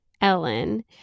Ellen